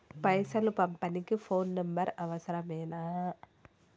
పైసలు పంపనీకి phone number అవసరమేనా?